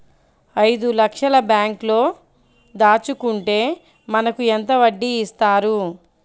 ఐదు లక్షల బ్యాంక్లో దాచుకుంటే మనకు ఎంత వడ్డీ ఇస్తారు?